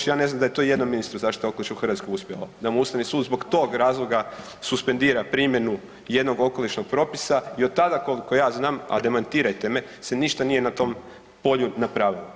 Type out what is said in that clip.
Ja ne znam da je to ijednom ministru zaštite okoliša u Hrvatskoj uspjelo da mu Ustavni sud zbog tog razloga suspendira primjenu jednog okolišnog propisa i od tada koliko ja znam, a demantirajte me, se ništa nije na tom polju napravilo.